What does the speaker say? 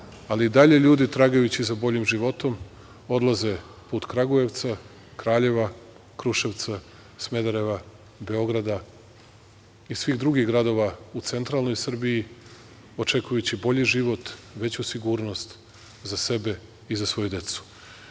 ali i dalje ljudi tragajući za boljim životom odlaze put Kragujevca, Kraljeva, Kruševca, Smedereva, Beograda i svih drugih gradova u centralnoj Srbiji, očekujući bolji život, veću sigurnost za sebe i za svoju